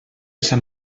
sant